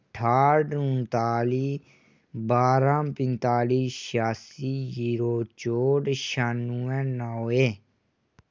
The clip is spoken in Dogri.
ठाह्ट उंताली बारां पंजताली छियासी जीरो चौंह्ट छियानवे नौ ऐ